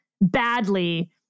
badly